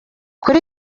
kuri